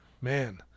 man